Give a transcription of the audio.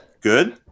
Good